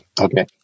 Okay